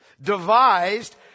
Devised